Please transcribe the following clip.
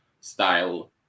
style